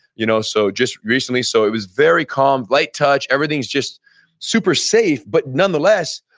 you know so just recently. so it was very calm, light touch, everything's just super safe but nonetheless,